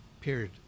period